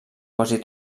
quasi